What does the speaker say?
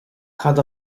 cad